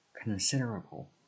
Considerable